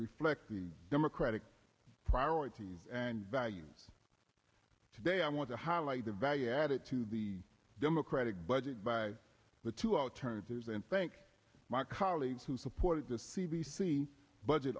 reflect the democratic priorities and values today i want to highlight the value added to the democratic budget by the two alternatives and thank my colleagues who supported the c b c budget